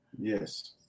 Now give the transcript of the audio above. Yes